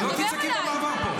את לא תצעקי במעבר פה.